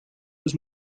was